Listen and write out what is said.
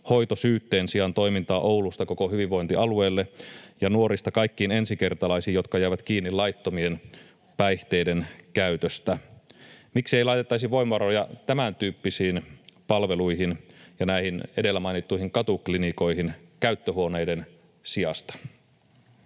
Hoito syytteen sijaan ‑toimintaa Oulusta koko hyvinvointialueelle ja nuorista kaikkiin ensikertalaisiin, jotka jäävät kiinni laittomien päihteiden käytöstä. Miksei laitettaisi voimavaroja tämän tyyppisiin palveluihin ja näihin edellä mainittuihin katuklinikoihin käyttöhuoneiden sijasta?